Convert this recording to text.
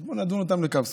אז בואו נדון אותם לכף זכות.